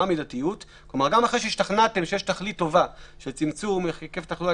גם אחרי שהשתכנעתם שיש תכלית טובה של צמצום הקף התחלואה,